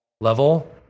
level